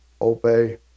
obey